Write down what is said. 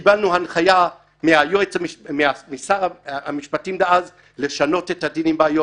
קיבלנו הנחיה משר המשפטים דאז לשנות את הדין באיו"ש.